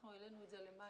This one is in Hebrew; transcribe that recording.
אנחנו העלינו את זה למעלה,